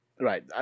Right